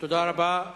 תודה רבה.